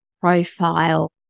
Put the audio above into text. profile